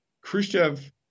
Khrushchev